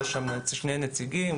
היו בצוות הזה שני נציגים,